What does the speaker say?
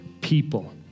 people